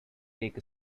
take